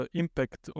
impact